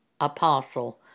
apostle